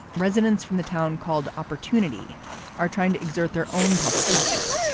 residents from the town called oppertunity are trying to exert their own public pressure.